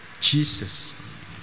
Jesus